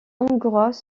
hongrois